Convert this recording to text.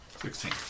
Sixteen